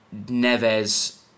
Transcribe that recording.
Neves